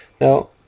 Now